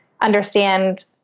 understand